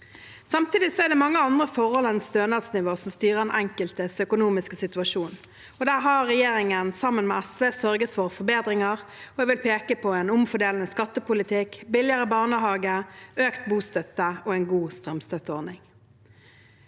Samtidig er det mange andre forhold enn stønadsnivå som styrer den enkeltes økonomiske situasjon, og der har regjeringen sammen med SV sørget for forbedringer. Jeg vil peke på en omfordelende skattepolitikk, billigere barnehage, økt bostøtte og en god strømstøtteordning.